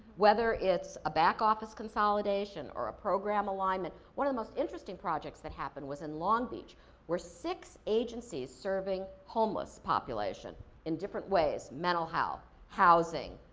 whether it's a back office consolidation or a program alignment. one of the most interesting projects that happened was in long beach where six agencies serving the homeless population in different ways, mental health, housing,